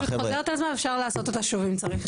היא חוזרת על עצמה ואפשר לעשות אותה שוב, אם צריך.